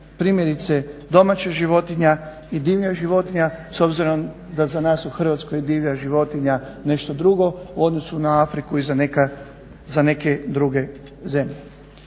primjerice domaća životinja i divlja životinja s obzirom da za nas u Hrvatskoj divlja životinja nešto drugo u odnosu na Afriku i za neke druge zemlje.